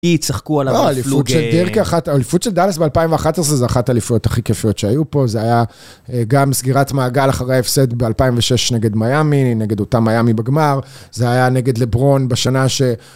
אי צחקו עליו בפלוג. האליפות של דלס ב-2011 זו אחת האוליפויות הכי כיפיות שהיו פה. זה היה גם סגירת מעגל אחרי ההפסד ב-2006 נגד מיאמי, נגד אותה מיאמי בגמר. זה היה נגד לברון בשנה ש...